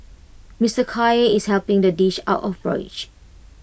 Mister Khair is helping to dish out of porridge